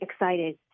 excited